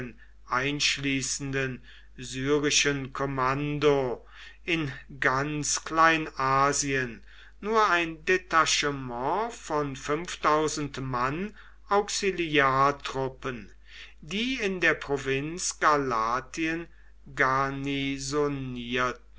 einschließenden syrischen kommando in ganz kleinasien nur ein detachement von mann auxiliartruppen die in der provinz galatien